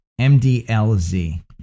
MDLZ